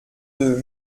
deux